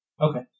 Okay